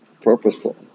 purposeful